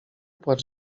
płacz